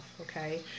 okay